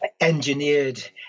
engineered